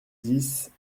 dix